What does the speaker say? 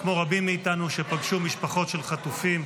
כמו רבים מאיתנו שפגשו משפחות של חטופים,